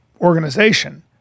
organization